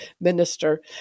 minister